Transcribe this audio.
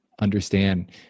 understand